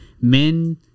men